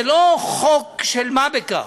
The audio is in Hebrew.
זה לא חוק של מה בכך.